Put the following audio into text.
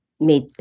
made